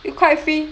you quite free